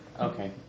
Okay